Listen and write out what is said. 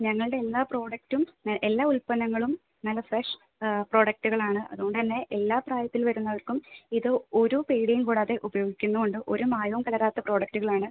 ഞങ്ങളുടെ എല്ലാ പ്രോഡക്റ്റും എല്ലാ ഉൽപ്പന്നങ്ങളും നല്ല ഫ്രഷ് പ്രൊഡക്റ്റുകളാണ് അതുകൊണ്ടുതന്നെ എല്ലാ പ്രായത്തിൽ വരുന്നവർക്കും ഇത് ഒരു പേടിയും കൂടാതെ ഉപയോഗിക്കുന്നതുകൊണ്ട് ഒരു മായവും കലരാത്ത പ്രോഡക്റ്റുകളാണ്